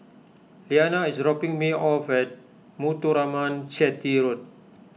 Liana is dropping me off at Muthuraman Chetty Road